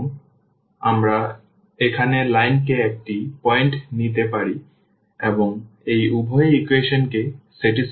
সুতরাং আমরা এখানে লাইনে একটি পয়েন্ট নিতে পারি এবং এটি উভয় ইকুয়েশনকে সন্তুষ্ট করবে